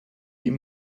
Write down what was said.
ihm